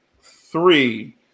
three